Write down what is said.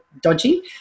dodgy